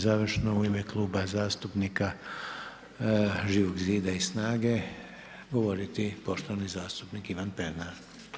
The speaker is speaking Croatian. Sada će završno u ime Kluba zastupnika Živog zida i SNAGA-e govoriti poštovani zastupnik Ivan Pernar.